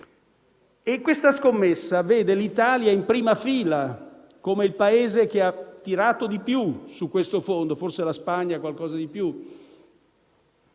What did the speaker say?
Questa scommessa vede l'Italia in prima fila come il Paese che ha tirato di più su questo Fondo (forse la Spagna qualcosa di più).